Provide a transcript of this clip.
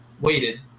waited